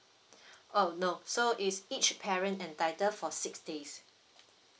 oh no so is each parent entitled for six days